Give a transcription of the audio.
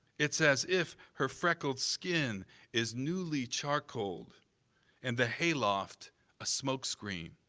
it's as if her freckled skin is newly charcoaled and the hayloft a smokescreen.